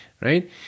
right